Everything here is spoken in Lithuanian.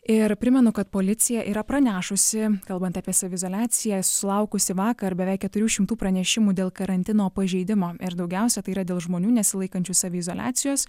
ir primenu kad policija yra pranešusi kalbant apie saviizoliaciją sulaukusi vakar beveik keturių šimtų pranešimų dėl karantino pažeidimo ir daugiausia tai yra dėl žmonių nesilaikančių saviizoliacijos